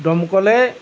দমকলে